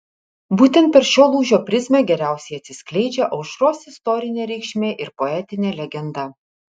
būtent per šio lūžio prizmę geriausiai atsiskleidžia aušros istorinė reikšmė ir poetinė legenda